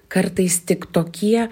kartais tik tokie